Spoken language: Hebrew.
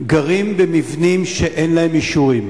גרים במבנים שאין להם אישורים?